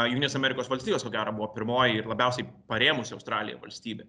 jungtinės amerikos valstybės ko gero buvo pirmoji ir labiausiai parėmusi australiją valstybė